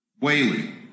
Whaley